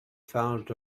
found